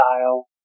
style